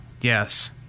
Yes